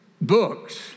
books